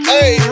Hey